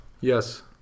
Yes